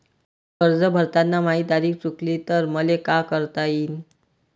कर्ज भरताना माही तारीख चुकली तर मले का करता येईन?